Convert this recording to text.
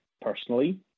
personally